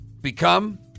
become